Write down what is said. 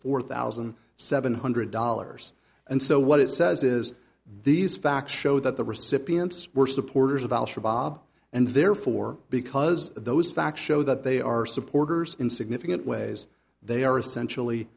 four thousand seven hundred dollars and so what it says is these facts show that the recipients were supporters of al shabaab and therefore because those facts show that they are supporters in significant ways they are essentially